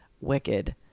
wicked